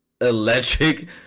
electric